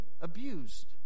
abused